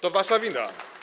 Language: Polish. To wasza wina.